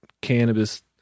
cannabis